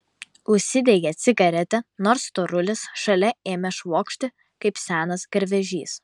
užsidegė cigaretę nors storulis šalia ėmė švokšti kaip senas garvežys